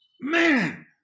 man